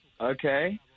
Okay